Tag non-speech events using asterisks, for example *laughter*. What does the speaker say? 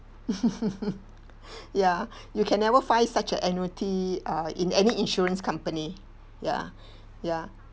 *laughs* ya you can never find such an annuity uh in any insurance company ya ya